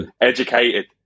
educated